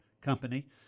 company